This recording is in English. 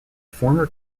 former